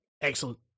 Excellent